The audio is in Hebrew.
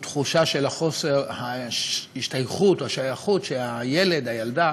תחושה של חוסר ההשתייכות או השייכות שהילד או הילדה